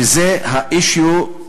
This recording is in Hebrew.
שזה ה-issue,